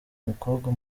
umukobwa